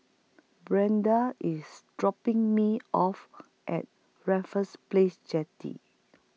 Brenda IS dropping Me off At Raffles Place Jetty